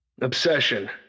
Obsession